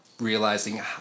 realizing